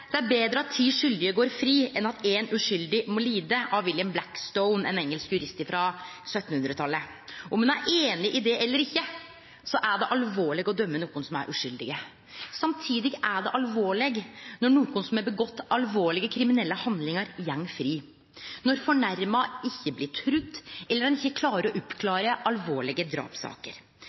det er betre at ti skuldige går fri enn at éin uskuldig må lide, av William Blackstone, ein engelsk jurist frå 1700-talet. Anten ein er einig i det eller ikkje, er det alvorleg å døme nokon som er uskuldig. Samtidig er det alvorleg når nokon som har gjort alvorlege kriminelle handlingar, går fri, når fornærma ikkje blir trudd, eller ein ikkje klarer å oppklare alvorlege